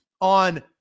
on